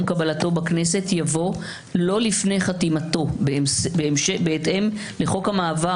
קבלתו בכנסת" יבוא "לא לפני חתימתו בהתאם לחוק המעבר,